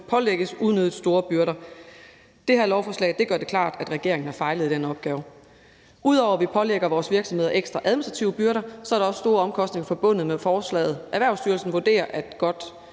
pålægges unødigt store byrder. Det her lovforslag gør det klart, at regeringen har fejlet i den opgave. Ud over at vi pålægger vores virksomheder ekstra administrative byrder, er der også store omkostninger forbundet med forslaget. Erhvervsstyrelsen vurderer, at der